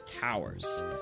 Towers